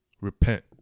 repent